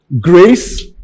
grace